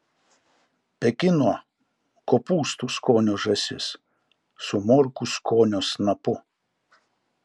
pekino kopūstų skonio žąsis su morkų skonio snapu